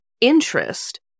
interest